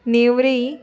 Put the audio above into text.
नेवरी